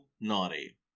Naughty